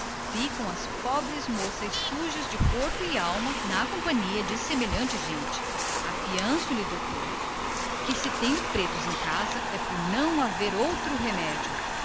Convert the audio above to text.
ficam as pobres moças sujas de corpo e alma na companhia de semelhante corja afianço-lhe meu caro senhor doutor que se conservo pretos ao meu serviço é porque não tenho outro remédio